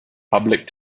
public